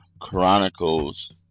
chronicles